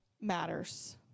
matters